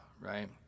Right